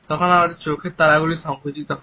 তখন আমাদের চোখের তারাগুলি সংকুচিত হয়